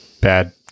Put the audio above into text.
bad